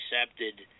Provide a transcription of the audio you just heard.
accepted